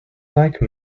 like